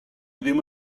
ddim